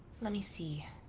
let me see.